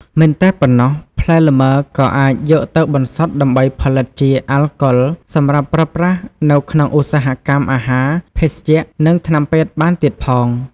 មិនតែប៉ុណ្ណោះ ផ្លែលម៉ើក៏អាចយកទៅបន្សុទ្ធដើម្បីផលិតជា អាល់កុល សម្រាប់ប្រើប្រាស់នៅក្នុងឧស្សាហកម្មអាហារ ភេសជ្ជៈ និងថ្នាំពេទ្យបានទៀតផង។